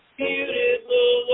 beautiful